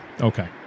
Okay